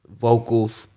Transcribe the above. vocals